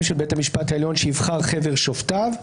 של בית המשפט העליון שיבחר חבר שופטיו,